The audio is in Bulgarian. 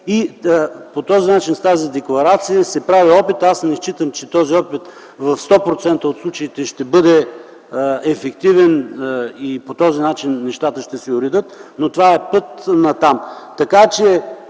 и по този начин се прави опит с тази декларация. Аз не считам, че този опит в 100% от случаите ще бъде ефективен и по този начин нещата ще се уредят, но това е пътят натам.